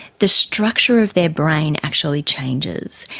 the structure of their brain actually changes.